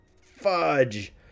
fudge